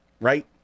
Right